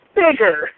bigger